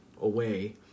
away